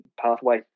pathway